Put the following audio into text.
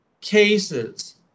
Cases